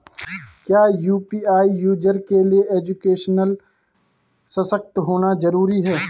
क्या UPI user के लिए एजुकेशनल सशक्त होना जरूरी है?